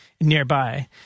nearby